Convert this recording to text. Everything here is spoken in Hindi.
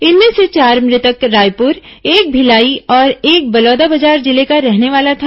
इनमें से चार मृतक रायपुर एक भिलाई और एक बलौदाबाजार जिले का रहने वाला था